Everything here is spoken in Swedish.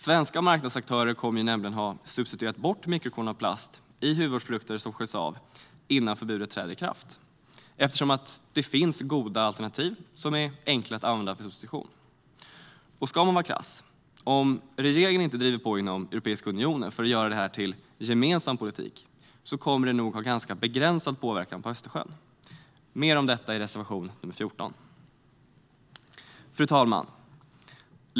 Svenska marknadsaktörer kommer nämligen att ha substituerat bort mikrokorn av plast i hudvårdsprodukter som sköljs av innan förbudet träder i kraft, eftersom det finns goda alternativ som är enkla att använda. Ska man vara krass kommer det nog att ha ganska begränsad påverkan på Östersjön om inte regeringen driver på inom EU för att göra detta till unionsgemensam politik. Mer om detta går att läsa i reservation nr 14. Fru talman!